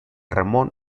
ramón